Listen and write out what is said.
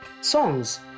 songs